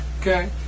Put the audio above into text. Okay